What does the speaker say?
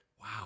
Wow